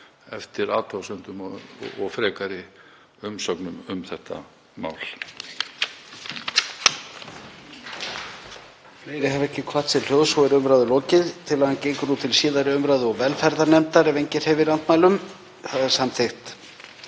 eftir athugasemdum og frekari umsögnum um þetta mál.